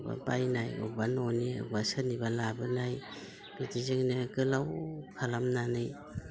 बायनाय अबेबा न'नि अबेबा सोरनिबा लाबोलाय बिदिजोंनो गोलाव खालामनानै